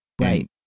Right